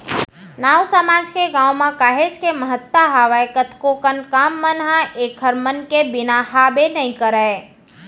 नाऊ समाज के गाँव म काहेच के महत्ता हावय कतको कन काम मन ह ऐखर मन के बिना हाबे नइ करय